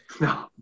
no